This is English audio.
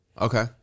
Okay